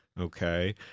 Okay